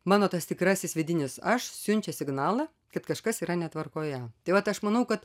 mano tas tikrasis vidinis aš siunčia signalą kad kažkas yra netvarkoje tai vat aš manau kad